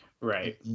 Right